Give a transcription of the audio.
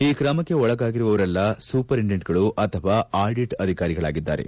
ಈ ಕ್ರಮಕ್ಕೆ ಒಳಗಾಗಿರುವವರೆಲ್ಲ ಸೂಪರಿಡೆಂಟ್ಗಳು ಅಥವಾ ಅಡಿಟ್ ಅಧಿಕಾರಿಗಳಾಗಿದ್ದಾರೆ